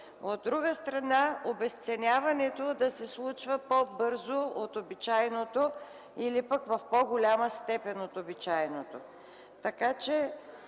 от друга страна – обезценяването да се случва по-бързо от обичайното или пък в по-голяма степен от обичайното.